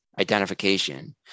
identification